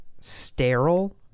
sterile